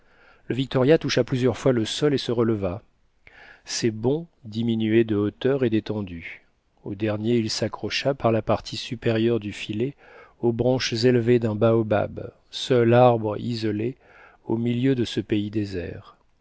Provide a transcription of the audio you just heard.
le victoria toucha plusieurs fois le sol et se releva ses bonds diminuaient de hauteur et d'étendue au dernier il s'accrocha par la partie supérieure du filet aux branches élevées d'un baobab seul arbre isolé au milieu de ce pays désert